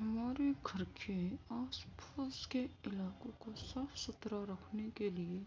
ہمارے گھر کے آس پاس کے علاقوں کو صاف ستھرا رکھنے کے لیے